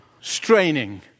straining